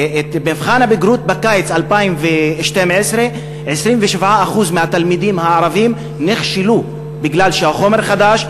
במבחן הבגרות בקיץ 2012 27% מהתלמידים הערבים נכשלו בגלל שהחומר חדש,